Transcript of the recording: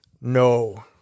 no